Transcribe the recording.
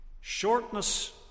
shortness